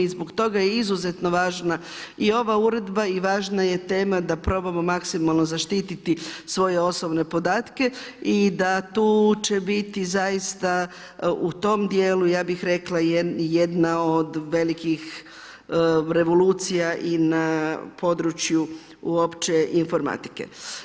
I zbog toga je izuzetno važna i ova uredba i važna je tema da probamo maksimalno zaštiti svoje osobne podatke i da tu će biti zaista u tom dijelu i jedna od velikih revolucija i na području uopće informatike.